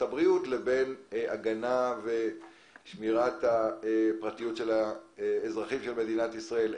הבריאות לבין ההגנה והשמירה על הפרטיות של אזרחי מדינת ישראל.